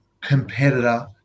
competitor